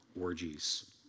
orgies